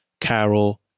Carol